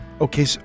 Okay